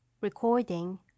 Recording